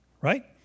right